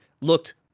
looked